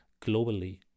globally